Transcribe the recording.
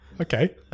Okay